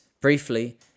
briefly